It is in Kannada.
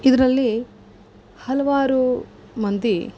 ಇದರಲ್ಲಿ ಹಲವಾರು ಮಂದಿ